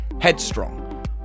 Headstrong